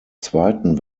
zweiten